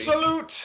salute